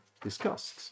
discussed